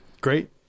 Great